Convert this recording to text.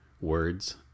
Words